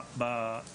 נקרא לזה,